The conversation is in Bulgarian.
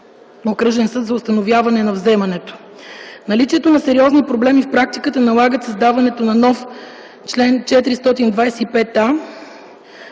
Окръжен съд за установяване на вземането. Наличието на сериозни проблеми в практиката налагат създаването на нов чл. 425а.